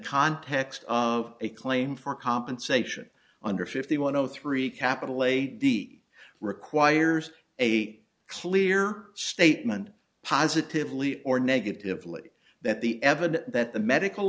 context of a claim for compensation under fifty one o three capital a d requires eight clear statement positively or negatively that the evidence that the medical